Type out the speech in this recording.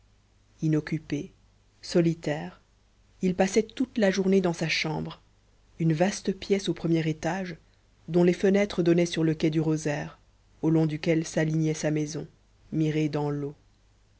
inoccupé solitaire il passait toute la journée dans sa chambre une vaste pièce au premier étage dont les fenêtres donnaient sur le quai du rosaire au long duquel s'alignait sa maison mirée dans l'eau